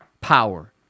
power